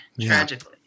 tragically